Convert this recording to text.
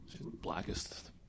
blackest